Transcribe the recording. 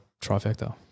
trifecta